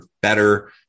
better